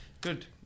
Good